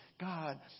God